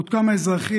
עוד כמה אזרחים?